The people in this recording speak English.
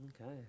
Okay